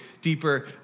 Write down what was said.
deeper